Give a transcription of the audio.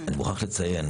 אני מוכרח לציין,